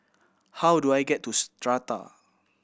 how do I get to Strata